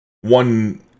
one